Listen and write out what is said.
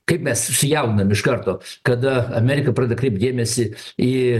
kaip mes susijaudinam iš karto kada amerika pradeda kreipt dėmesį į